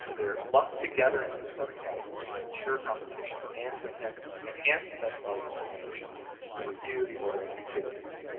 they're lumped together in the subcategories to ensure competition and to enhance enhance the best value determinations for you, the ordering activities.